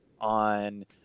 on